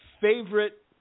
favorite